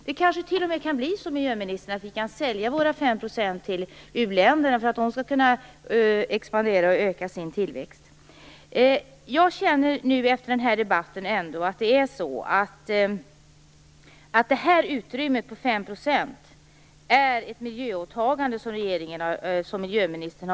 Vi kanske t.o.m. kan sälja våra 5 % till uländerna, miljöministern, så att de kan expandera och öka sin tillväxt. Jag känner efter denna debatt ändå att utrymmet på 5 % innebär ett miljöåtagande från miljöministern.